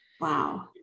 Wow